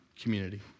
community